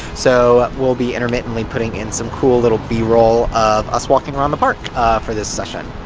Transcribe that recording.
so we'll be intermittently putting in some cool little b roll of us walking around the park for this session.